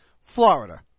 Florida